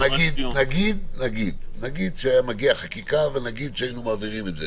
נגיד שנעביר את זה